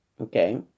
okay